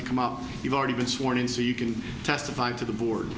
to come up you've already been sworn in so you can testify to the board